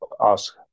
ask